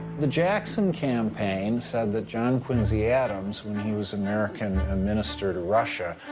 the jackson campaign said that john quincy adams, when he was american minister to russia,